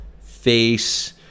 face